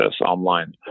online